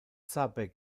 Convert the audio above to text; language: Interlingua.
sape